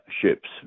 ships